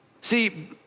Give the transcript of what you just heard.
See